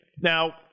Now